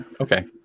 Okay